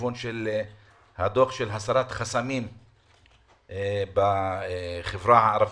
בכיוון של הדוח על הסרת חסמים בחברה הערבית,